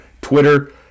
Twitter